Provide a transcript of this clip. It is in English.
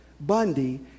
Bundy